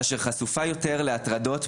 אשר חושפה יותר להטרדות,